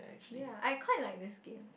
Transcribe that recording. ya I quite like this game